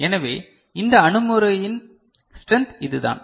எனவே இந்த அணுகுமுறையின் ஸ்ட்ரெந்த் இதுதான்